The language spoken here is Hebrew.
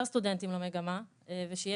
סטודנטים למגמה ושיהיה ביקוש יותר גבוה.